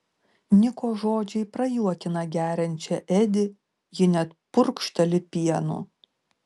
niko žodžiai prajuokina geriančią edi ji net purkšteli pienu